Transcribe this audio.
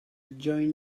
join